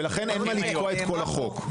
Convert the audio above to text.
ולכן אין מה לתקוע את כל החוק.